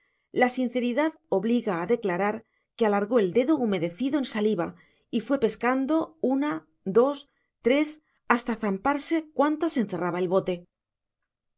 la sinceridad obliga a declarar que alargó el dedo humedecido en saliva y fue pescando una dos tres hasta zamparse cuantas encerraba el bote